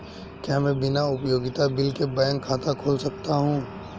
क्या मैं बिना उपयोगिता बिल के बैंक खाता खोल सकता हूँ?